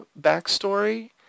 backstory